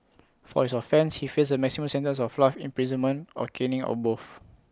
for his offence he faced A maximum sentence of life imprisonment or caning or both